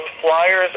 flyers